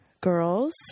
girls